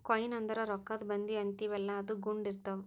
coin ಅಂದುರ್ ರೊಕ್ಕಾದು ಬಂದಿ ಅಂತೀವಿಯಲ್ಲ ಅದು ಗುಂಡ್ ಇರ್ತಾವ್